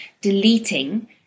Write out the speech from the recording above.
deleting